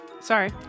Sorry